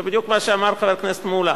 זה בדיוק מה שאמר חבר הכנסת מולה.